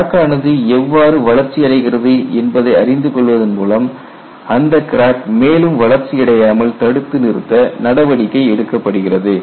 crack ஆனது எவ்வாறு வளர்ச்சி அடைகிறது என்பதை அறிந்து கொள்வதன் மூலம் அந்த கிராக் மேலும் வளர்ச்சி அடையாமல் தடுத்து நிறுத்த நடவடிக்கை எடுக்கப்படுகிறது